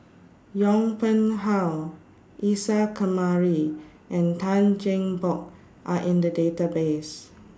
Yong Pung How Isa Kamari and Tan Cheng Bock Are in The Database